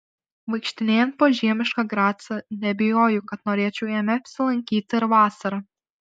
vaikštinėjant po žiemišką gracą neabejoju kad norėčiau jame apsilankyti ir vasarą